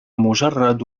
مجرد